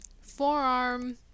forearm